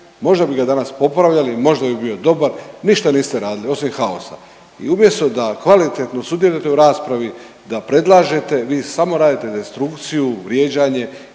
Možda bi ga danas popravljali, možda bi bio dobar. Ništa niste radili osim haosa i umjesto da kvalitetno sudjelujete u raspravi, da predlažete vi samo radite destrukciju, vrijeđanje